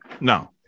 No